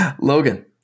Logan